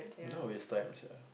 now waste time sia